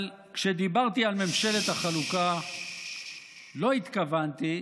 אבל כשדיברתי על ממשלת החלוקה לא התכוונתי,